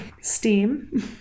steam